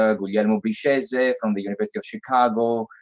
guglielmo briscese from the university of chicago,